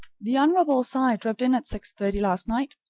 the hon. cy dropped in at six thirty last night,